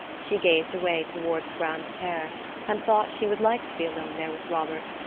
she gazed away toward grande terre and thought she would like to be alone there with robert,